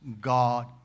God